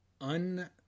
un